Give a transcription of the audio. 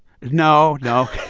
no, no